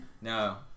No